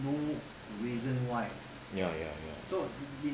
ya ya ya